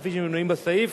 כפי שמנויים בסעיף.